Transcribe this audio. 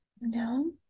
No